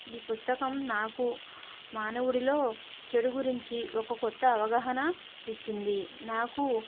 ఈ పుస్తకం నాకు మానవుడిలో చెడు గురించి ఒక కొత్త అవగాహన ఇచ్చింది నాకు